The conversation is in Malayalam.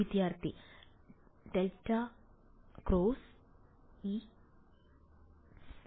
വിദ്യാർത്ഥി ∇× E→ ∇× E→